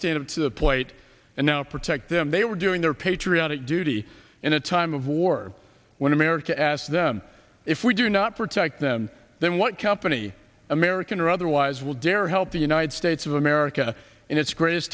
stand up to the plate and now protect them they were doing their patriotic duty in a time of war when america asked them if we do not protect them then what company american or otherwise will dare help the united states of america in its great